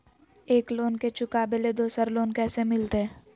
एक लोन के चुकाबे ले दोसर लोन कैसे मिलते?